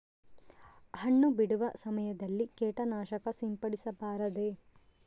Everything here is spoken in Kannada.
ಹಣ್ಣು ಬಿಡುವ ಸಮಯದಲ್ಲಿ ಕೇಟನಾಶಕ ಸಿಂಪಡಿಸಬಾರದೆ?